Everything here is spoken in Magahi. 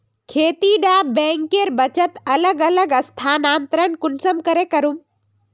खेती डा बैंकेर बचत अलग अलग स्थानंतरण कुंसम करे करूम?